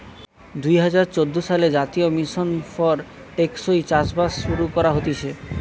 দুই হাজার চোদ্দ সালে জাতীয় মিশন ফর টেকসই চাষবাস শুরু করা হতিছে